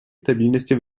стабильности